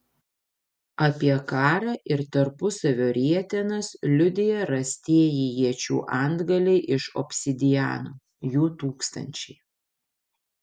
apie karą ir tarpusavio rietenas liudija rastieji iečių antgaliai iš obsidiano jų tūkstančiai